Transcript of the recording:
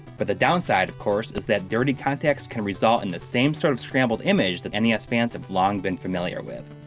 but the downside of course is that dirty contacts can result in the same sort of scrambled image that and nes fans have long been familiar with.